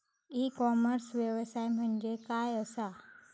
E commerce व्यवसाय म्हणजे काय असा?